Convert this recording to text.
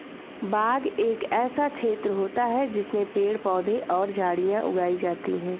बाग एक ऐसा क्षेत्र होता है जिसमें पेड़ पौधे और झाड़ियां उगाई जाती हैं